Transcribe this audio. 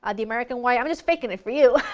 ah the american way, i'm just faking it for you!